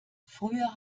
früher